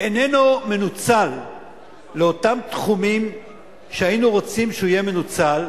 איננו מנוצל לאותם תחומים שהיינו רוצים שהוא יהיה מנוצל,